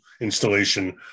installation